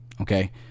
okay